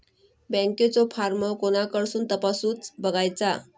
बँकेचो फार्म कोणाकडसून तपासूच बगायचा?